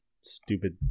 stupid